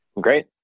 Great